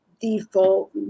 default